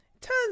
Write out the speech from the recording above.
Turns